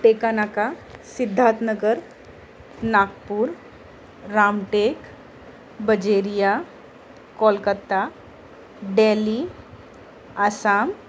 Tekanaka Siddharthnagar Nagpur Ramtek Bajeria Kolkata Delhi Assam